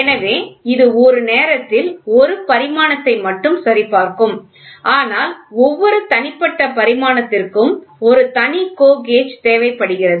எனவே இது ஒரு நேரத்தில் ஒரு பரிமாணத்தை மட்டும் சரிபார்க்கும் ஆனால் ஒவ்வொரு தனிப்பட்ட பரிமாணத்திற்கும் ஒரு தனி GO கேஜ் தேவைப்படுகிறது